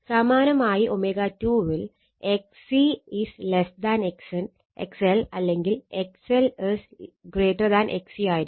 സമാനമായി ω2 ൽ XC XL അല്ലെങ്കിൽ XL XC ആയിരിക്കും